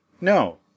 No